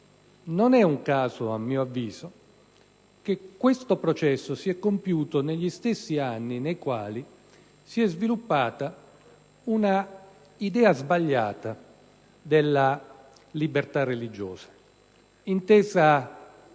Non è un caso, a mio avviso, che questo processo si sia compiuto negli stessi anni in cui si sviluppava un'idea sbagliata della libertà religiosa, intesa